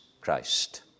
Christ